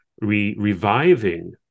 reviving